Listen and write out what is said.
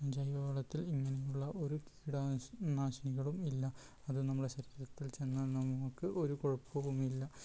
ജൈവളത്തിൽ ഇങ്ങനെയുള്ള ഒരു കീടനാശിനികളും ഇല്ല അത് നമ്മുടെ ശരീരത്തിൽ ചെന്നാൽ നമുക്ക് ഒരു കുഴപ്പവുമില്ല